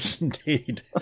indeed